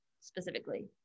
specifically